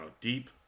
deep